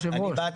היו"ר.